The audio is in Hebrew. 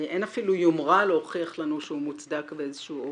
אין אפילו יומרה להוכיח לנו שהוא מוצדק באיזשהו אופן.